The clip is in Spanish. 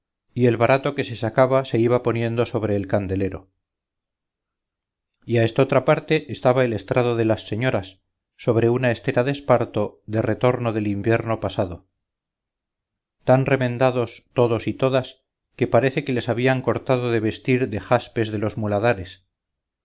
y el barato que se sacaba se iba poniendo sobre el candelero y a estotra parte estaba el estrado de las señoras sobre una estera de esparto de retorno del ivierno pasado tan remendados todos y todas que parece que les habían cortado de vestir de jaspes de los muladares